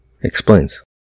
explains